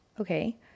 okay